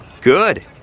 Good